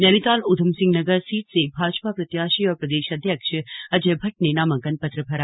Nainital Udham Singh Nagar seat से भाजपा प्रत्याशी और प्रदेश अध्यक्ष अजय भट्ट ने नामांकन पत्र भरा